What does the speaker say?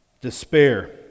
despair